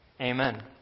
Amen